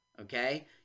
okay